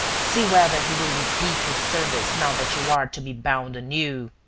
see whether he will repeat his service now that you are to be bound anew.